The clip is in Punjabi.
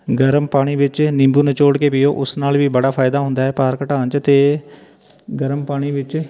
ਗਰਮ ਪਾਣੀ ਵਿੱਚ ਨਿੰਬੂ ਨਿਚੋੜ ਕੇ ਪੀਓ ਉਸ ਨਾਲ ਵੀ ਬੜਾ ਫਾਇਦਾ ਹੁੰਦਾ ਹੈ ਭਾਰ ਘਟਾਉਣ 'ਚ ਅਤੇ ਗਰਮ ਪਾਣੀ ਵਿੱਚ